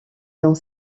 dans